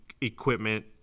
equipment